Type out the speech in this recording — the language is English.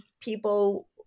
people